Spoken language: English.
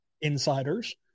insiders